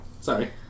Sorry